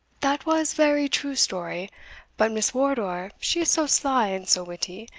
that was vary true story but miss wardour, she is so sly and so witty,